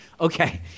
Okay